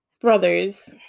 brothers